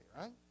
right